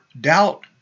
Doubt